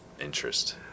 interest